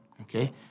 okay